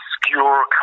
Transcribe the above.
obscure